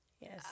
yes